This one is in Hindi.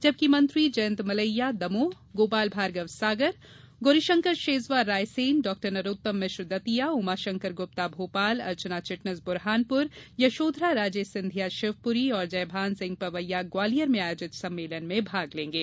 जबकि मंत्री जयंत मलैया दमोह गोपाल भार्गव सागर गोरीशंकर शेजवार रायसेन डॉ नरोत्तम मिश्र दतिया उमाशंकर गुप्ता मोपाल अर्चना चिटनिस बुरहानपुर यशोघराराजे सिंधिया शिवपुरी और जयभान सिंह पवैया ग्वालियर में आयोजित सम्मेलन में भाग लेंगे